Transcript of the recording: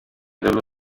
dello